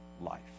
life